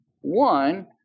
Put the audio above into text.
one